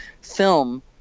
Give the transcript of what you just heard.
film